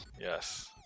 Yes